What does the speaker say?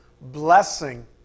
blessing